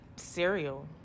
Cereal